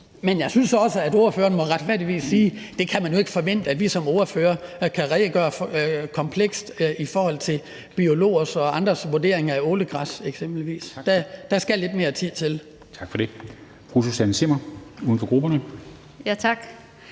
Men jeg synes også, at ordføreren retfærdigvis må sige, at man jo ikke kan forvente, at vi som ordførere kan redegøre komplekst for det i forhold til biologer og andres vurdering af eksempelvis ålegræs. Der skal lidt mere tid til. Kl.